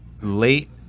late